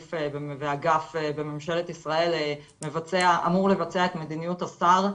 גוף ואגף בממשלת ישראל אמור לבצע את מדיניות השר,